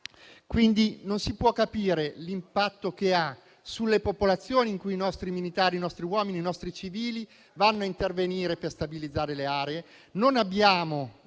Quindi, non si può capire l'impatto che essa ha sulle popolazioni su cui i nostri militari, i nostri uomini, i nostri civili intervengono per stabilizzare le aree.